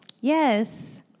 Yes